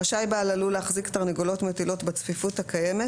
רשאי בעל הלול להחזיק תרנגולות מטילות בצפיפות הקיימת,